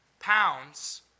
pounds